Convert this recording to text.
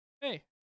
Hey